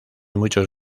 muchos